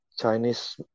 Chinese